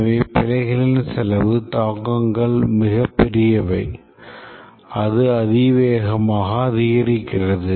எனவே பிழைகளின் செலவு தாக்கங்கள் மிகப்பெரியவை அது அதிவேகமாக அதிகரிக்கிறது